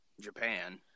Japan